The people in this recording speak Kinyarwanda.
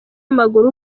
w’amaguru